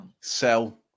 Sell